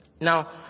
Now